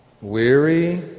Weary